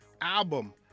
album